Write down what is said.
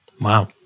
Wow